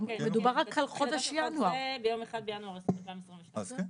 תחילת החוק הזה ביום 1 בינואר 2022. אז כן.